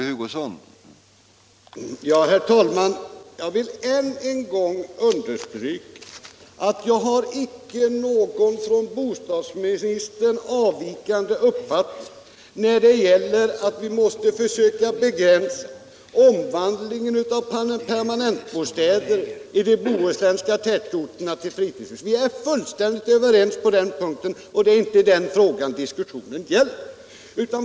Herr talman! Jag vill ännu en gång understryka att jag icke har någon annan uppfattning än bostadsministern om det angelägna i att begränsa omvandlingen av permanentbostäder till fritidshus i de bohuslänska tätorterna. Vi är fullständigt överens på den punkten. Det är inte den frågan diskussionen gäller.